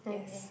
yes